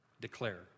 declare